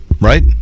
right